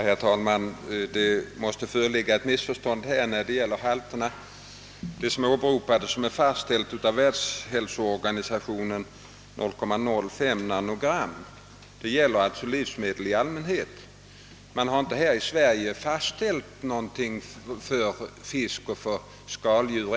Herr talman! Det måste föreligga något missförstånd när det gäller de av Världshälsoorganisationen = fastställda normerna. Kvicksilverhalten 0,05 millisram per kg gäller livsmedel i allmänhet. Vi har här i Sverige ännu inte fastställt någon norm då det gäller fisk och skaldjur.